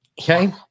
Okay